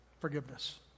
forgiveness